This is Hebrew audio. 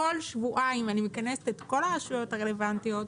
כל שבועיים אני מכנסת את כל הרשויות הרלוונטיות,